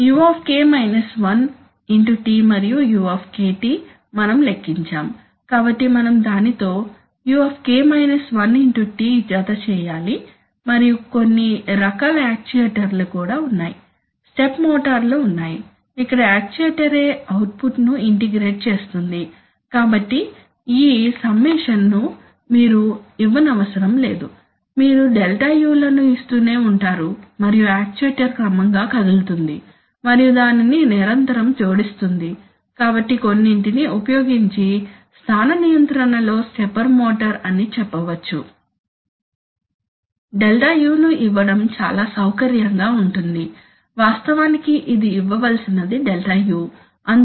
u T మరియు u మనం లెక్కించాము కాబట్టి మనం దానితో u T జతచేయాలి మరియు కొన్ని రకాల యక్చుయేటర్లు కూడా ఉన్నాయి స్టెప్ మోటార్లు ఉన్నాయి ఇక్కడ యక్చుయేటర్ యే అవుట్పుట్ను ఇంటిగ్రేట్ చేస్తుంది కాబట్టి ఈ సమ్మేషన్ ను మీరు ఇవ్వనవసరం లేదు మీరు Δu లను ఇస్తూనే ఉంటారు మరియు యక్చుయేటర్ క్రమంగా కదులుతుంది మరియు దానిని నిరంతరం జోడిస్తుంది కాబట్టి కొన్నింటిని ఉపయోగించి స్థాన నియంత్రణలో స్టెప్పర్ మోటర్ అని చెప్పవచ్చు Δu ను ఇవ్వడం చాలా సౌకర్యంగా ఉంటుంది వాస్తవానికి ఇది ఇవ్వవలసినది Δu